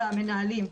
והמנהלים.